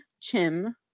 Chim